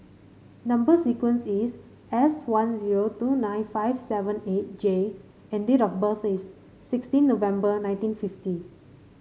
number sequence is S one zero two nine five seven eight J and date of birth is sixteen November nineteen fifty